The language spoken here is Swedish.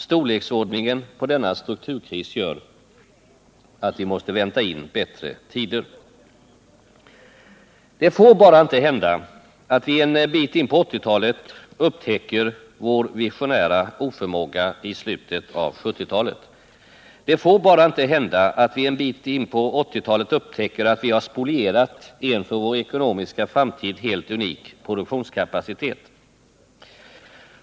Storleken på denna strukturkris gör att vi måste vänta in bättre tider. Det får bara inte hända att vi en bit in på 1980-talet upptäcker vår visionära oförmåga i slutet av 1970-talet. Det får bara inte hända att vi en bit in på 1980 talet upptäcker att vi har spolierat en för vår ekonomiska framtid helt unik produktionskapacitet.